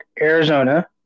Arizona